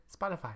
spotify